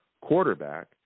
quarterback